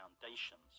foundations